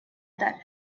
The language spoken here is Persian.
داره